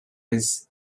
was